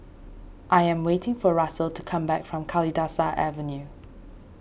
I am waiting for Russel to come back from Kalidasa Avenue